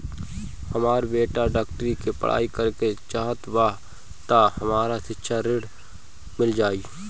हमर बेटा डाक्टरी के पढ़ाई करेके चाहत बा त हमरा शिक्षा ऋण मिल जाई?